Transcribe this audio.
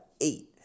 eight